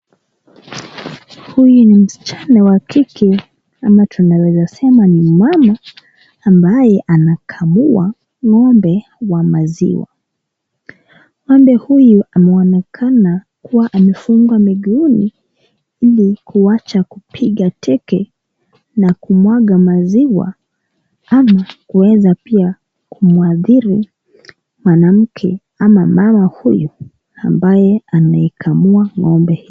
Huyu ni msichana wa kike ama tunaweza sema ni mama ambaye anakamua ng'ombe wa maziwa. Ng'ombe huyu anaonekana kuwa amefungwa miguuni ili kuwacha kupiga teke na kumwaga maziwa ama kuweza pia kumwadhiri mwanamke ama mama huyu ambaye anakamua ng'ombe.